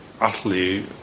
utterly